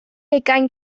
ugain